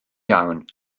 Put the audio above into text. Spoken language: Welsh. iawn